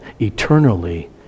eternally